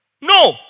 No